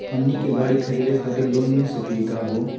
हमनी के गाड़ी खरीदै खातिर लोन मिली सकली का हो?